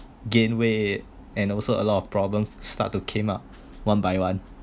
gain weight and also a lot of problems start to came ah one by one